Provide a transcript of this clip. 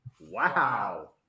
Wow